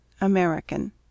American